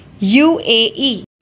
UAE